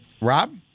Rob